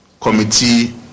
Committee